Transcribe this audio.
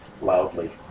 loudly